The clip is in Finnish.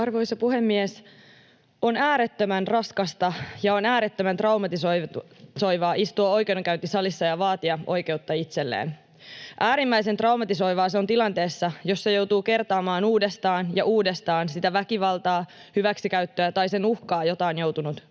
Arvoisa puhemies! On äärettömän raskasta ja on äärettömän traumatisoivaa istua oikeudenkäyntisalissa ja vaatia oikeutta itselleen. Äärimmäisen traumatisoivaa se on tilanteessa, jossa joutuu kertaamaan uudestaan ja uudestaan sitä väkivaltaa, hyväksikäyttöä tai sen uhkaa, jota on joutunut kohtaamaan.